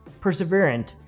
perseverant